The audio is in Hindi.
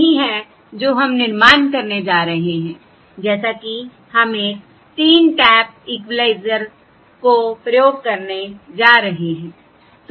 यही है जो हम निर्माण करने जा रहे हैं जैसा कि हम एक 3 टैप इक्विलाइजर को प्रयोग करने जा रहे हैं